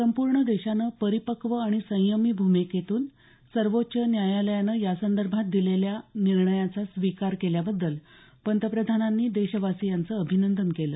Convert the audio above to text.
संपूर्ण देशानं परिपक्व आणि संयमी भूमिकेतून सर्वोच्च न्यायालयाने दिलेल्या या निर्णयाचा स्वीकार केल्याबद्दल पंतप्रधानांनी देशवासियांचं अभिनंदन केलं